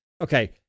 okay